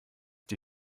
die